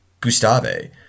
Gustave